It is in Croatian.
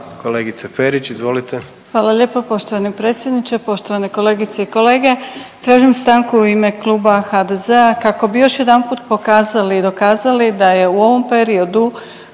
**Perić, Grozdana (HDZ)** Hvala lijepo. Poštovani predsjedniče, poštovane kolegice i kolege, tražim stanku u ime Kluba HDZ-a kako bi još jedanput pokazali i dokazali da je u ovom periodu